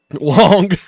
long